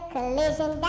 Collision